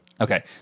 Okay